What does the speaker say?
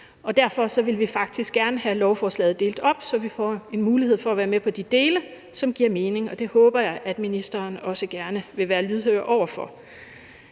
Derfor vil vi faktisk gerne have lovforslaget delt op, så vi får en mulighed for at være med på de dele, som giver mening, og det håber jeg at ministeren også gerne vil være lydhør over for.